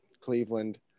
Cleveland